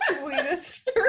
sweetest